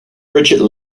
brigitte